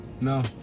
no